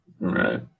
Right